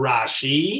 Rashi